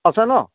আছে ন